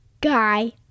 Guy